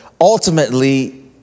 ultimately